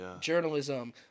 journalism